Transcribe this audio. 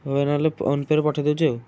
ହଉ ଭାଇ ନହେଲେ ଫୋନ ପେ'ରେ ପଠାଇ ଦେଉଛି ଆଉ